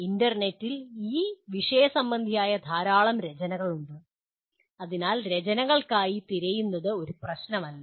ഇൻ്റർനെറ്റിൽ ഈ വിഷയസംബന്ധിയായ ധാരാളം രചനകളുണ്ട് അതിനാൽ രചനകൾക്കായി തിരയുന്നത് ഒരു പ്രശ്നമല്ല